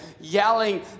yelling